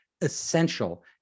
essential